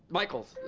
michaels.